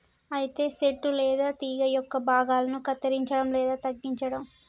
అయితే సెట్టు లేదా తీగ యొక్క భాగాలను కత్తిరంచడం లేదా తగ్గించడం